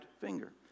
finger